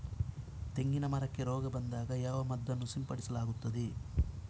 ತೆಂಗಿನ ಮರಕ್ಕೆ ರೋಗ ಬಂದಾಗ ಯಾವ ಮದ್ದನ್ನು ಸಿಂಪಡಿಸಲಾಗುತ್ತದೆ?